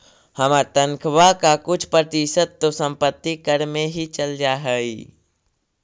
हमर तनख्वा का कुछ प्रतिशत तो संपत्ति कर में ही चल जा हई